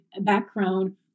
background